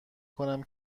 کنم